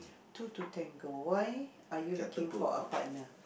two to tango why are you looking for a partner